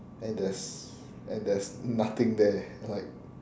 and there's and there's nothing there like